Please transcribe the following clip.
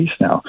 now